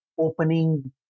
opening